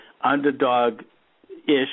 underdog-ish